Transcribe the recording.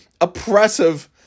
oppressive